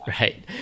right